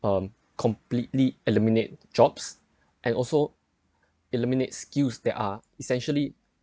um completely eliminate jobs and also eliminate skills that are essentially